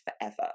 forever